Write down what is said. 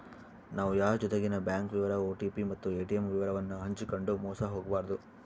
ನಾವು ಯಾರ್ ಜೊತಿಗೆನ ಬ್ಯಾಂಕ್ ವಿವರ ಓ.ಟಿ.ಪಿ ಮತ್ತು ಏ.ಟಿ.ಮ್ ವಿವರವನ್ನು ಹಂಚಿಕಂಡು ಮೋಸ ಹೋಗಬಾರದು